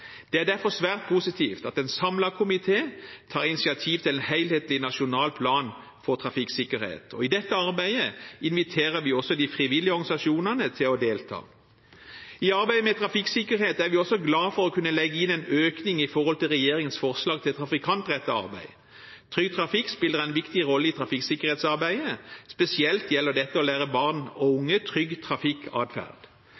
en helhetlig nasjonal plan for trafikksikkerhet. I dette arbeidet inviterer vi også de frivillige organisasjonene til å delta. I arbeidet med trafikksikkerhet er vi også glad for å kunne legge inn en økning i forhold til regjeringens forslag til trafikantrettet arbeid. Trygg Trafikk spiller en viktig rolle i trafikksikkerhetsarbeidet. Spesielt gjelder dette å lære barn og